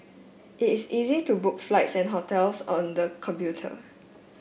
it is easy to book flights and hotels on the computer